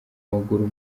maguru